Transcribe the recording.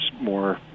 more